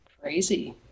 crazy